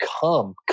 come